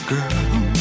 Girl